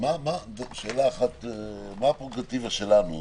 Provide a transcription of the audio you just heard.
מה הפררוגטיבה שלנו?